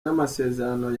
n’amasezerano